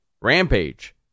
Rampage